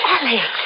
Alex